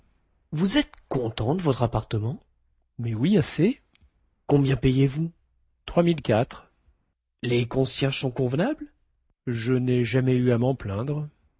vous êtes content de votre appartement mais oui assez combien payez-vous trois mille quatre les concierges sont convenables je nai jamais eu à men plaindre